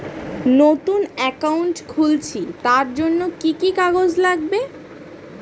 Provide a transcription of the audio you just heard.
নতুন অ্যাকাউন্ট খুলছি তার জন্য কি কি কাগজ লাগবে?